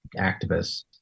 activists